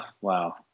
wow